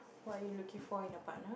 what are you looking for in a partner